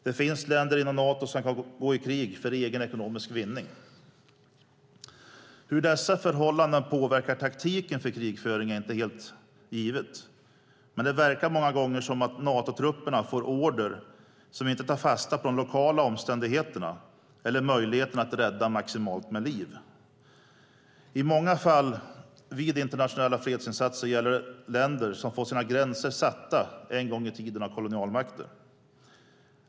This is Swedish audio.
Det finns länder inom Nato som kan gå i krig för egen ekonomisk vinning. Hur dessa förhållanden påverkar taktiken för krigföring är inte helt givet. Men det verkar många gånger som att Nato-trupperna får order som inte tar fasta på de lokala omständigheterna eller möjligheten att rädda maximalt med liv. Många fall av internationella fredsinsatser gäller länder som fått sina gränser satta en gång i tiden av kolonialmakter.